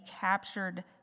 captured